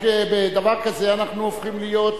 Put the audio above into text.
רק, בדבר כזה אנחנו הופכים להיות,